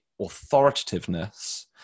authoritativeness